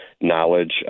knowledge